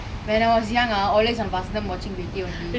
when I was young ah always on vasantham watching Vettai only